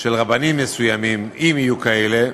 של רבנים מסוימים, אם יהיו כאלה,